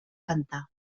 cantar